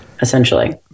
essentially